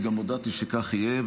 וגם הודעתי שכך יהיה,